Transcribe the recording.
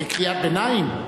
כקריאת ביניים?